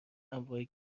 انواع